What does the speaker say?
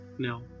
no